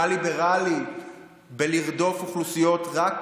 מה ליברלי בלרדוף אוכלוסיות רק